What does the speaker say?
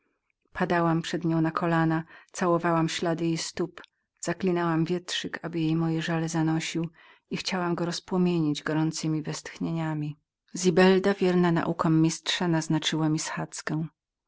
padałam przed nią na kolana całowałam ślady jej stóp zaklinałam wietrzyk aby jej moje żale zanosił i chciałam go rozpłomienić gorącemi westchnieniami zibelda wierna naukom swego mistrza naznaczyła mi schadzkę